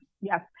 yes